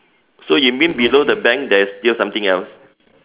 so you mean below the bank there's still something else